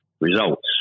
results